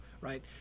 right